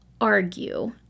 argue